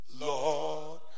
Lord